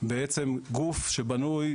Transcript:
בעצם גוף שבנוי